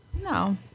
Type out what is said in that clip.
No